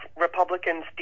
Republicans